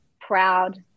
proud